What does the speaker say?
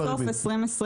ועד סוף 2022,